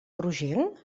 rogenc